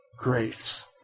Grace